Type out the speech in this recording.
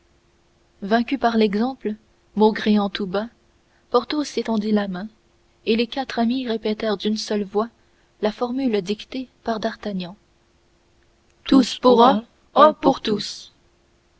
vaincu par l'exemple maugréant tout bas porthos étendit la main et les quatre amis répétèrent d'une seule voix la formule dictée par d'artagnan tous pour un un pour tous